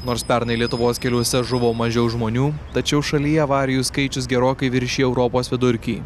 nors pernai lietuvos keliuose žuvo mažiau žmonių tačiau šalyje avarijų skaičius gerokai viršija europos vidurkį